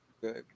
good